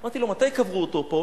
אמרתי לו: מתי קברו אותו פה?